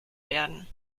werden